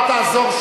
אל תעזור.